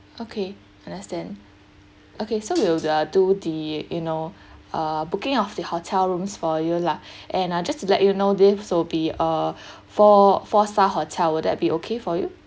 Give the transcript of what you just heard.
okay understand okay so we'll the do the you know uh booking of the hotel rooms for you lah and uh just to let you know this will be a four four star hotel will that be okay for you